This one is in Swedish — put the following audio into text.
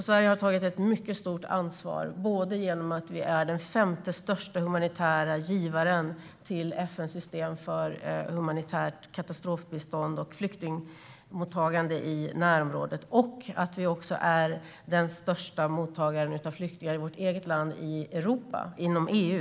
Sverige har tagit ett mycket stort ansvar både genom att vi är den femte största humanitära givaren till FN:s system för humanitärt katastrofbistånd och flyktingmottagande i närområdet och genom att Sverige är den största mottagaren av flyktingar inom EU.